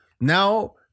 Now